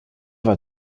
war